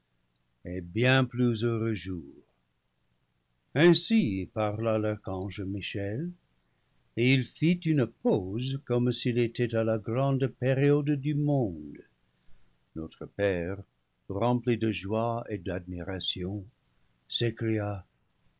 et bien plus heureux jours ainsi parla l'archange michel et il fit une pause comme s'il était à la grande période du monde notre père rempli de joie et d'admiration s'écria